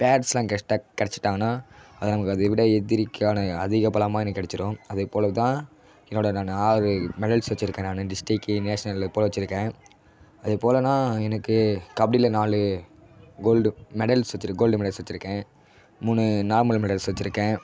பேர்ஸெல்லாம் கரெக்டாக கிடச்சிட்டாங்கன்னா அது நமக்கு அதைவிட எதிரிக்கான அதிக பலமாக எனக்கு கிடச்சிரும் அதுப்போல் தான் என்னுடைய நான் ஆறு மெடல்ஸ் வச்சுருக்கேன் நான் டிஸ்ட்ரிக்கு நேஷ்னலு போல் வச்சுருக்கேன் அதேபோலனால் எனக்கு கபடியில் நாலு கோல்டு மெடல்ஸ் வச்சுருக் கோல்டு மெடல்ஸ் வச்சுருக்கேன் மூணு நார்மல் மெடல்ஸ் வச்சுருக்கேன்